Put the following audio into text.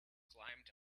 climbed